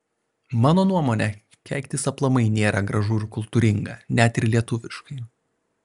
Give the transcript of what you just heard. mano nuomone keiktis aplamai nėra gražu ir kultūringa net ir lietuviškai